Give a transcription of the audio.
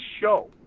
show